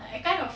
I kind of